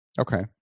Okay